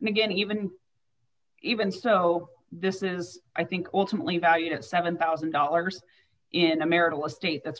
and again even even so this is i think ultimately valued at seven thousand dollars in america the state that's